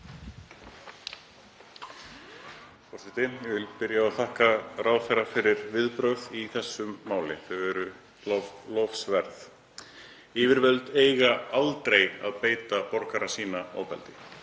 vil byrja á að þakka ráðherra fyrir viðbrögð í þessu máli. Þau eru lofsverð. Yfirvöld eiga aldrei að beita borgara sína ofbeldi,